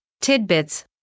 tidbits